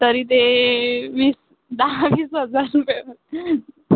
तरी ते वीस दहावीस हजार रुपये असते